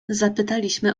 zapytaliśmy